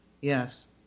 yes